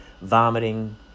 vomiting